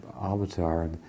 avatar